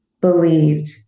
believed